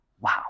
Wow